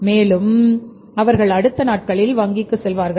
மேலும் அவர்கள் அடுத்த நாட்களில் வங்கிக்குச் செல்வார்கள்